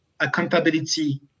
accountability